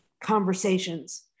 conversations